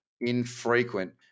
infrequent